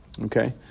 okay